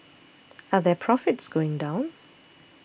are their profits going down